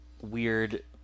weird